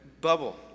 bubble